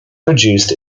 produced